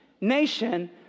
nation